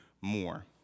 more